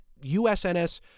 USNS